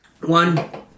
One